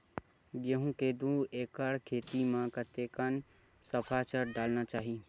गेहूं के दू एकड़ खेती म कतेकन सफाचट डालना चाहि?